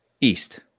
East